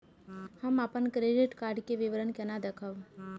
हम अपन credit card के विवरण केना देखब?